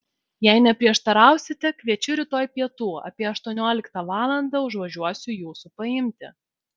jei neprieštarausite kviečiu rytoj pietų apie aštuonioliktą valandą užvažiuosiu jūsų paimti